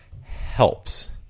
helps